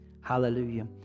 Hallelujah